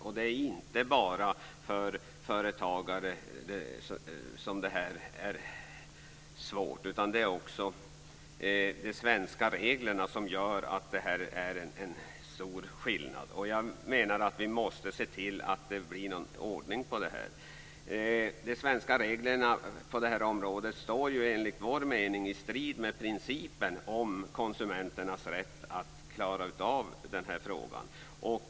Och det är inte bara för företagare som det här är svårt. De svenska reglerna gör att det här är en stor skillnad. Vi måste se till att det blir ordning. De svenska reglerna på det här området står enligt vår mening i strid med principen om konsumenternas rätt.